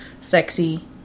sexy